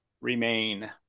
remain